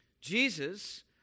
Jesus